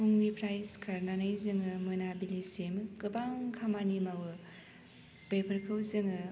फुंनिफ्राय सिखारनानै जोङो मोनाबिलिसिम गोबां खामानि मावो बेफोरखौ जोङो